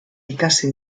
ikasi